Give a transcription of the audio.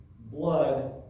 blood